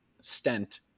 stent